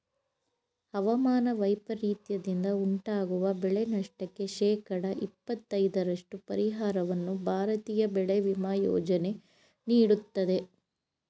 ಹವಾಮಾನ ವೈಪರೀತ್ಯದಿಂದ ಉಂಟಾಗುವ ಬೆಳೆನಷ್ಟಕ್ಕೆ ಶೇಕಡ ಇಪ್ಪತೈದರಷ್ಟು ಪರಿಹಾರವನ್ನು ಭಾರತೀಯ ಬೆಳೆ ವಿಮಾ ಯೋಜನೆ ನೀಡುತ್ತದೆ